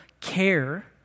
care